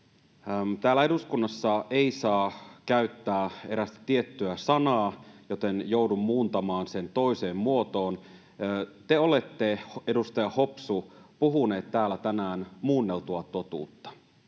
Täällä eduskunnassa ei saa käyttää erästä tiettyä sanaa, joten joudun muuntamaan sen toiseen muotoon. Te olette, edustaja Hopsu, puhunut täällä tänään muunneltua totuutta,